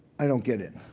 i don't get in.